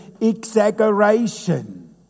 exaggeration